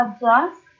adjust